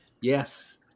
Yes